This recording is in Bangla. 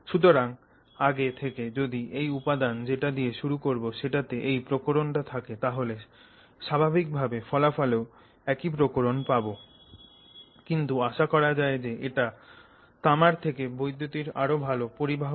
সুতরাং আগে থেকে যদি এই উপাদান যেটা দিয়ে শুরু করবো সেটাতে এই প্রকরণটা থাকে তাহলে স্বাভাবিকভাবে ফলাফলেও একই প্রকরণ পাবো কিন্তু আশা করা হয় যে এটা তামার থেকে বিদ্যুতের আরও ভালো পরিবাহক